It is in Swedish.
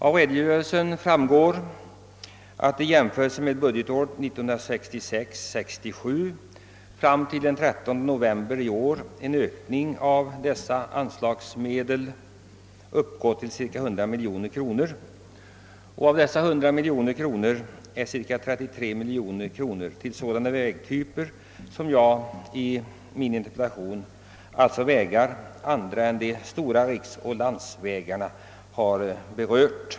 Av redogörelsen framgår att i jämförelse med budgetåret 1966 69 fram till den 13 november ökat med cirka 100 miljoner kronor. Därav har cirka 33 miljoner kronor gått till sådana vägtyper som jag nämnt i min interpellation, alltså mindre, allmänna vägar.